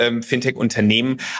Fintech-Unternehmen